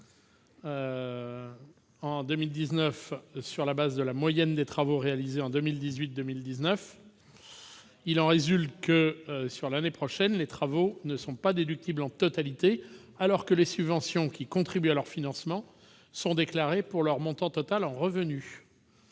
en 2019 sur la base de la moyenne des travaux réalisés en 2018 et 2019. Il en résulte que, pour 2019, les travaux ne sont pas déductibles en totalité, alors que les subventions qui contribuent à leur financement sont déclarées pour leur montant total en revenus.